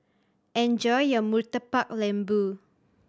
enjoy your Murtabak Lembu